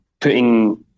putting